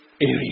area